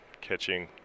catching